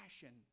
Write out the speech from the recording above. passion